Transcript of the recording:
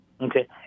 Okay